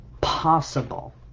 possible